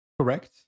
Correct